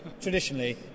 traditionally